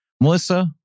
Melissa